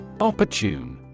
Opportune